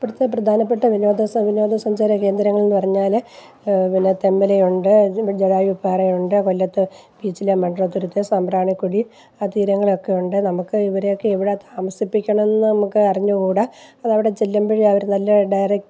ഇപ്പോഴത്തെ പ്രധാനപ്പെട്ട വിനോദ വിനോദ സഞ്ചാര കേന്ദ്രങ്ങൾ എന്ന് പറഞ്ഞാൽ പിന്നെ തെന്മലയുണ്ട് ജടായുപ്പാറയുണ്ട് കൊല്ലത്ത് പീച്ചി ഡാം മൺറോതുരുത്ത് സാംറാണിക്കൊടി ആ തീരങ്ങളൊക്കെയുണ്ട് നമുക്ക് ഇവിടെയൊക്കെ എവിടാ താമസിപ്പിക്കണം എന്ന് നമുക്ക് അറിഞ്ഞുകൂട അത് അവിടെ ചെല്ലുമ്പോഴ് അവർ ഡയറക്ട്